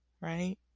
right